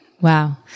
wow